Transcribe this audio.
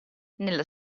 nella